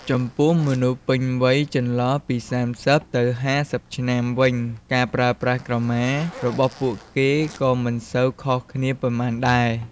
ចំពោះមនុស្សពេញវ័័យចន្លោះពី ៣០ទៅ៥០ឆ្នាំវិញ ការប្រើប្រាស់ក្រមារបស់ពួកគេក៏មិនសូវខុសគ្នាប៉ុន្មានដែរ។